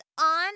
on